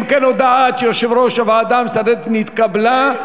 אם כן, הודעת יושב-ראש הוועדה המסדרת נתקבלה.